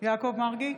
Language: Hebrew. יעקב מרגי,